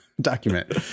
document